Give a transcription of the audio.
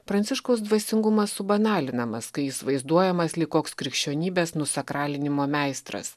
pranciškaus dvasingumas subanalinamas kai jis vaizduojamas lyg koks krikščionybės nusakralinimo meistras